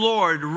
Lord